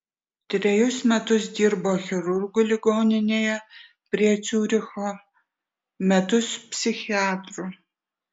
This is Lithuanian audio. trejus metus dirbo chirurgu ligoninėje prie ciuricho metus psichiatru